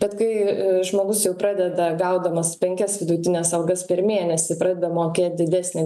bet kai žmogus jau pradeda gaudamas penkias vidutines algas per mėnesį pradeda mokėt didesnę